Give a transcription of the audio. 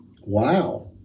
Wow